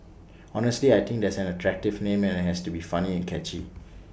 honestly I think it's an attractive name and IT has to be funny and catchy